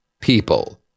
people